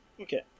Okay